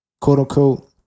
quote-unquote